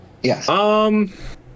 Yes